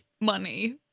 money